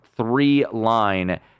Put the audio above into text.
Three-line